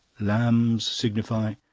lambs signify.